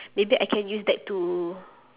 maybe I can use that to